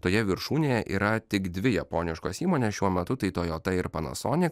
toje viršūnėje yra tik dvi japoniškos įmonės šiuo metu tai tojota ir panasonik